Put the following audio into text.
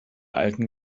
alten